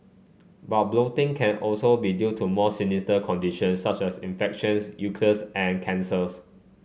but bloating can also be due to more sinister conditions such as infections ulcers and cancers